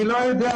אני לא יודע.